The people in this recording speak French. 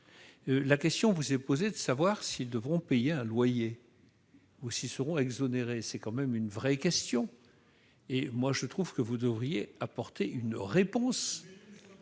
La question vous est posée de savoir s'ils devront payer un loyer ou s'ils en seront exonérés. C'est quand même une vraie question, à laquelle je trouve que vous devriez apporter une réponse